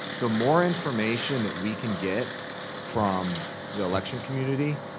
the more information that we can get from the election community,